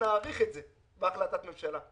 נאריך את זה בהחלטת ממשלה.